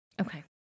okay